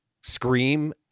Scream